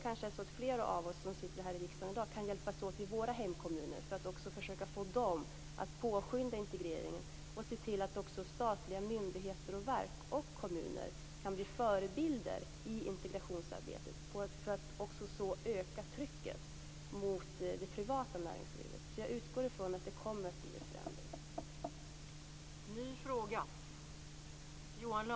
Kanske fler av oss som sitter här i riksdagen i dag också kan hjälpas åt att få våra hemkommuner att påskynda integreringen och se till att också statliga myndigheter, verk och kommuner kan bli förebilder i integrationsarbetet för att också så öka trycket på det privata näringslivet. Jag utgår från att det kommer att bli en förändring.